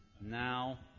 Now